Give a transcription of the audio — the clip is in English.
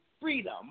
freedom